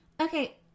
Okay